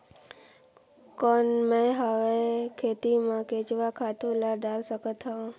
कौन मैं हवे खेती मा केचुआ खातु ला डाल सकत हवो?